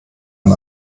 ein